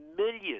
millions